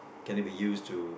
can it be used to